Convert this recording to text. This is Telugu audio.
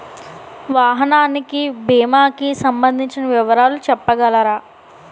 వాహనానికి భీమా కి సంబందించిన వివరాలు చెప్పగలరా?